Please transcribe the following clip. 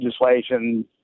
legislation